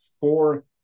four